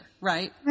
right